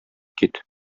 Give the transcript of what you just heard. кит